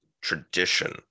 tradition